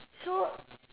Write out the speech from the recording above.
so